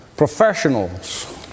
professionals